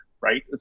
right